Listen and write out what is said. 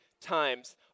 times